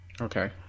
Okay